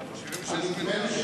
מה הסכום?